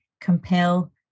compel